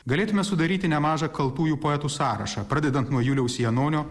galėtume sudaryti nemažą kaltųjų poetų sąrašą pradedant nuo juliaus janonio